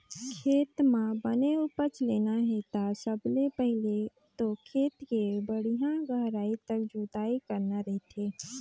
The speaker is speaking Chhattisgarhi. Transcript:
खेत म बने उपज लेना हे ता सबले पहिले तो खेत के बड़िहा गहराई तक जोतई करना रहिथे